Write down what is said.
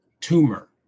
Tumor